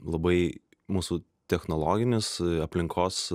labai mūsų technologinis aplinkos